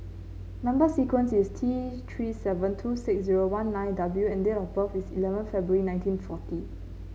number sequence is T Three seven two six zero one nine W and date of birth is eleven February nineteen forty